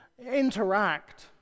interact